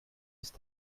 ist